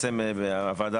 זה